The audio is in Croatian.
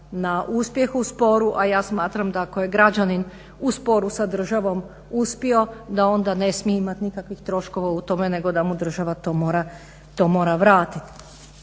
na uspjeh u sporu. A ja smatram da ako je građanin u sporu sa državom uspio da onda ne smije imati nikakvih troškova u tome nego da mu država to mora vratiti.